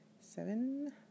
seven